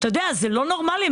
זה לא נורמלי,